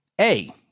A-